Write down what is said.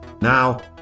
Now